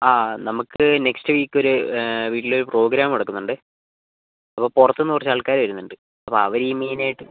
ആ നമുക്ക് next week ഒരു വീട്ടിൽ ഒരു പ്രോഗ്രാം നടക്കുന്നുണ്ടേ അപ്പം പുറത്തുന്ന് കുറച്ച് ആൾക്കാർ വരുന്നുണ്ട് അപ്പം അവർ ഈ മെയിനായിട്ട്